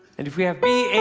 and if we have b, a,